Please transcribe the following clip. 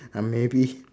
ah maybe